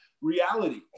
reality